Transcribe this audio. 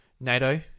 NATO